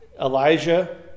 Elijah